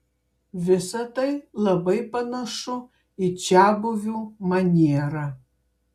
visa tai labai panašu į čiabuvių manierą